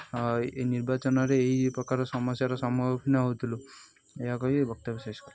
ଏ ନିର୍ବାଚନରେ ଏହି ପ୍ରକାର ସମସ୍ୟାର ସମ୍ମୁଖୀନ ହେଉଥିଲୁ ଏହା କହି ବକ୍ତବ୍ୟ ଶେଷ କରୁଛି